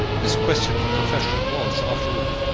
this question of a profession was, after all,